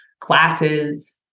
classes